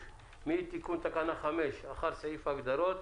מתיקון תקנה 5, אחר סעיף ההגדרות,